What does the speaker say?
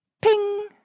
ping